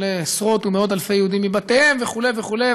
עשרות ומאות אלפי יהודים מבתיהם וכו' וכו'.